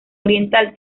oriental